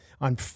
on